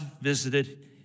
visited